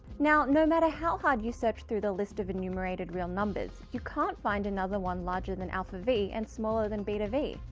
now no matter how hard you search through the list of enumerated real numbers you can't find another one larger than alpha v and smaller than beta v,